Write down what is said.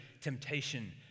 temptation